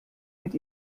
mit